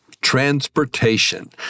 transportation